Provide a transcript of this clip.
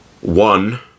One